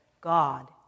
God